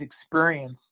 experience